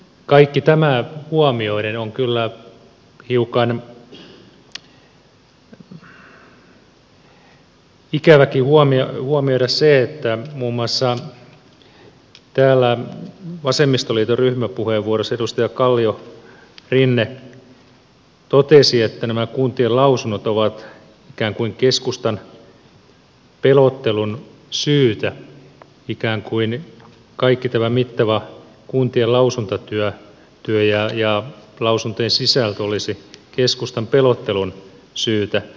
kaikki tämä huomioiden on kyllä hiukan ikäväkin huomioida se että muun muassa täällä vasemmistoliiton ryhmäpuheenvuorossa edustaja kalliorinne totesi että nämä kuntien lausunnot ovat ikään kuin keskustan pelottelun syytä ikään kuin kaikki tämä mittava kuntien lausuntotyö ja lausuntojen sisältö olisi keskustelun pelottelun syytä